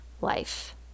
life